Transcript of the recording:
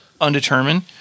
undetermined